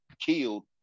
killed